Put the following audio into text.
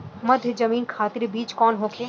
मध्य जमीन खातिर बीज कौन होखे?